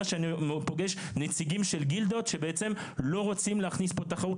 שאני פוגש נציגים של גילדות שבעצם לא רוצים להכניס פה תחרות,